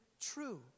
true